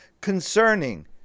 concerning